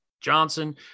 Johnson